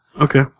Okay